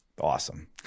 Awesome